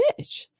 bitch